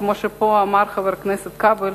כמו שאמר פה חבר הכנסת כבל,